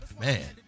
man